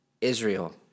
Israel